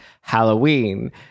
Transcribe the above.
halloween